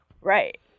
Right